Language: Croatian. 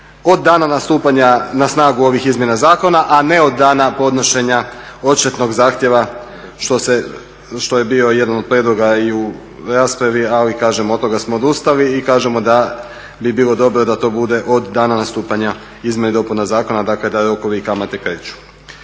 od dana nastupanja na snagu ovih izmjena zakona a ne od dana podnošenja odštetnog zahtjeva što je bio jedan od prijedloga u raspravi ali kažem od toga smo odustali i kažemo da bi bilo dobro da to bude od dana nastupanja izmjena i dopuna zakona dakle da rokovi i kamate kreću.